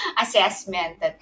assessment